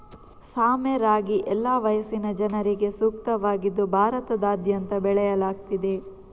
ಸಾಮೆ ರಾಗಿ ಎಲ್ಲಾ ವಯಸ್ಸಿನ ಜನರಿಗೆ ಸೂಕ್ತವಾಗಿದ್ದು ಭಾರತದಾದ್ಯಂತ ಬೆಳೆಯಲಾಗ್ತಿದೆ